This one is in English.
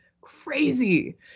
crazy